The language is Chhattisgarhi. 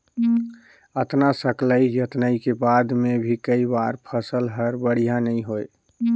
अतना सकलई जतनई के बाद मे भी कई बार फसल हर बड़िया नइ होए